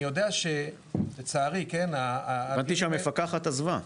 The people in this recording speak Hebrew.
אני יודע ש- לצערי --- שמעתי שהמפקחת עזבה.